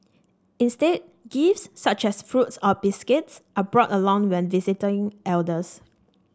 instead gifts such as fruits or biscuits are brought along when visiting elders